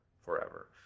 forever